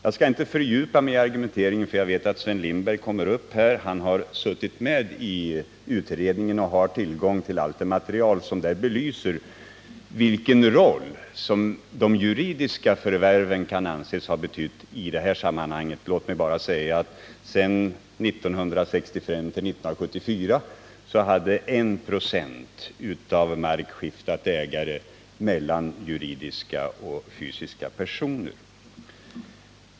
Jag skall inte fördjupa mig i argumenteringen, eftersom jag vet att Sven Lindberg kommer upp senare, och han har suttit med i utredningen och har tillgång till allt det material som belyser vilken roll de juridiska förvärven kan anses ha spelat i detta sammanhang. Låt mig bara säga att från 1965 till 1974 hade knappt 1 96 mark skiftat ägare mellan juridiska och fysiska personer.